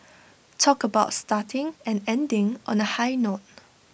talk about starting and ending on A high note